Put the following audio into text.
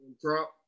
Trump